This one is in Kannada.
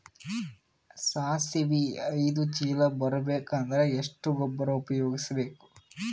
ಸಾಸಿವಿ ಐದು ಚೀಲ ಬರುಬೇಕ ಅಂದ್ರ ಎಷ್ಟ ಗೊಬ್ಬರ ಉಪಯೋಗಿಸಿ ಬೇಕು?